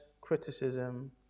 criticism